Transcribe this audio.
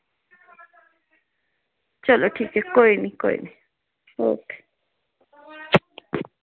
चलो ठीक ऐ कोई निं कोई निं ठीक ऐ